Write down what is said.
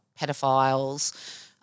pedophiles